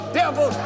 devil